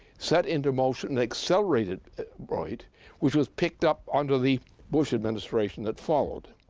set into motion an accelerated rate which was picked up under the bush administration that followed.